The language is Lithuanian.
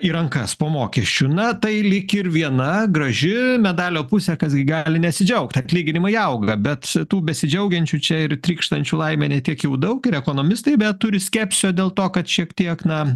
į rankas po mokesčių na tai lyg ir viena graži medalio pusė kas gi gali nesidžiaugt atlyginimai auga bet tų besidžiaugiančių čia ir trykštančių laime ne tiek jau daug ir ekonomistai beje turi skepsio dėl to kad šiek tiek na